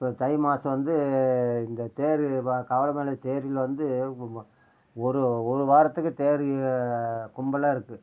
இப்போ தை மாதம் வந்து இந்த தேர் பா தேரில் வந்து ஒரு வா ஒரு ஒரு வாரத்துக்கு தேர் கும்பலாக இருக்கும்